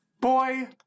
boy